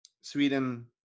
Sweden